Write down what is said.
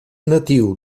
natiu